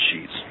sheets